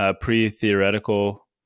pre-theoretical